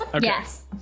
yes